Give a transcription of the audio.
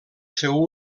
seu